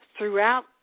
Throughout